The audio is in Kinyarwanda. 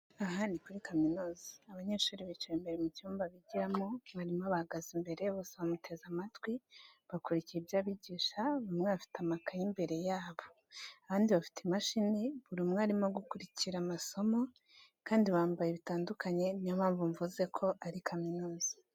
Aha ni kuri kaminuza, abanyeshuri bicaye mu cyumba bigiramo, mwarimu abahagaze imbere bose bamuteze amatwi bakurikiye ibyo abigisha, bamwe bafite amakayi imbere yabo, abandi bafite imashini, buri umwe arimo gukurikira amasomo, kandi bambaye bitandukanye niyo mpamvu mvuze ko ari kaminuza.